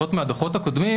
לפחות מהדוחות הקודמים,